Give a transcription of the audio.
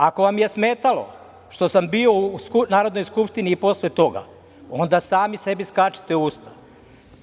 Ako vam je smetalo što sam bio u Narodnoj skupštini i posle toga, onda sami sebi skačite u usta.